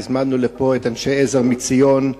הזמנו לפה את אנשי "עזר מציון",